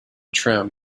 trim